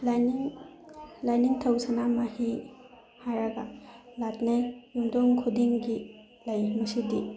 ꯂꯥꯏꯅꯤꯡ ꯂꯥꯏꯅꯤꯡꯊꯧ ꯁꯅꯥꯃꯍꯤ ꯍꯥꯏꯔꯒ ꯂꯥꯠꯅꯩ ꯌꯨꯝꯊꯣꯡ ꯈꯨꯗꯤꯡꯒꯤ ꯂꯩ ꯃꯁꯤꯗꯤ